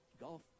golf